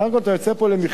בסך הכול אתה יוצא פה למכרז.